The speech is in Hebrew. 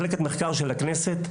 שמחלקת המחקר של הכנסת,